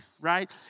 right